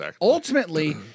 ultimately